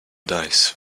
dice